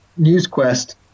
NewsQuest